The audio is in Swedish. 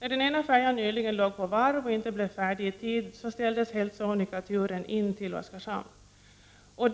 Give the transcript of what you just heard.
När den ena färjan nyligen låg på varv och inte blev färdig i tid, så ställdes helt sonika turen till Oskarshamn in.